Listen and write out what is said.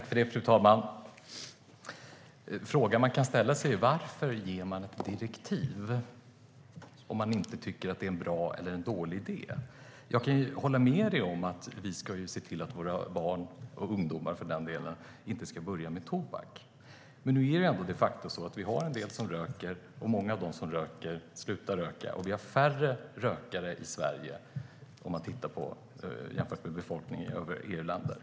Fru talman! Frågan man kan ställa sig är varför man ger ett direktiv om man inte tycker att det är en bra eller en dålig idé. Jag kan hålla med statsrådet om att vi ska se till att våra barn och ungdomar inte ska börja med tobak, men nu är det de facto så att vi har en del som röker. Många av dem som röker slutar röka, och vi har färre rökare i Sverige jämfört med övriga EU-länder.